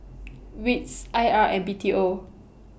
WITS I R and B T O